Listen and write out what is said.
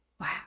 Wow